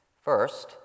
First